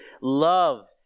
love